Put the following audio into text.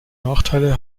nachteile